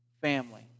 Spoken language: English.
family